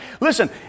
Listen